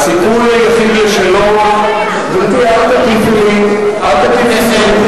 אתה חולק על זה שיש לנו זכות קניין במערת המכפלה?